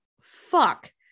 fuck